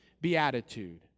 beatitude